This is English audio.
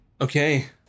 Okay